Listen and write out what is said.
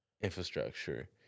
infrastructure